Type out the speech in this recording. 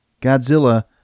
Godzilla